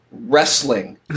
Wrestling